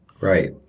Right